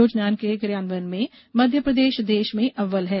योजना के क्रियान्वयन में मध्यप्रदेश देश में अव्वल है